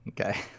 Okay